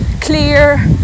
clear